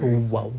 oh !wow!